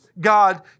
God